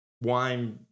wine